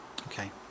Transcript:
Okay